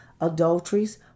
adulteries